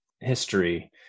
history